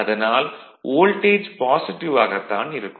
அதனால் voltage positive ஆகத்தான் இருக்கும்